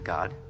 God